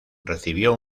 recibió